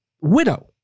widow